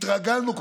כבר התרגלנו.